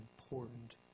important